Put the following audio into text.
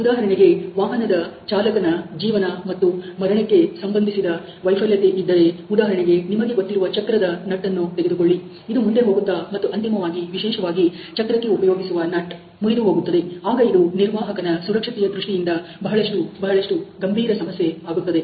ಉದಾಹರಣೆಗೆ ವಾಹನದ ಚಾಲಕನ ಜೀವನ ಮತ್ತು ಮರಣಕ್ಕೆ ಸಂಬಂಧಿಸಿದ ವೈಫಲ್ಯತೆ ಇದ್ದರೆ ಉದಾಹರಣೆಗೆ ನಿಮಗೆ ಗೊತ್ತಿರುವ ಚಕ್ರದ ನಟ್ಟನ್ನು ತೆಗೆದುಕೊಳ್ಳಿ ಇದು ಮುಂದೆ ಹೋಗುತ್ತಾ ಮತ್ತು ಅಂತಿಮವಾಗಿ ವಿಶೇಷವಾಗಿ ಚಕ್ರಕ್ಕೆ ಉಪಯೋಗಿಸುವ ನಟ್ ಮುರಿದುಹೋಗುತ್ತದೆ ಆಗ ಇದು ನಿರ್ವಾಹಕನ ಸುರಕ್ಷತೆಯ ದೃಷ್ಟಿಯಿಂದ ಬಹಳಷ್ಟು ಬಹಳಷ್ಟು ಗಂಭೀರ ಸಮಸ್ಯೆ ಆಗುತ್ತದೆ